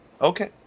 Okay